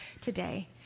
today